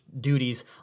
duties